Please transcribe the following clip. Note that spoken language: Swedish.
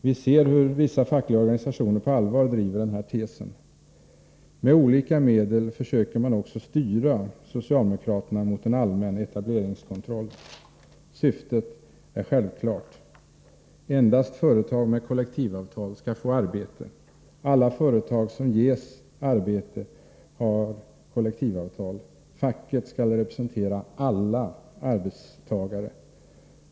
Vi ser hur vissa fackliga organisationer på allvar driver denna tes. Med olika medel försöker man också styra socialdemokraterna emot en allmän etableringskontroll. Syftet är självklart. Endast företag med kollektivavtal skall få arbete. Alla företag som ges arbete har kollektivavtal. Facket skall representera alla arbetstagare.